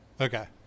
Okay